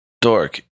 Dork